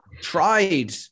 tried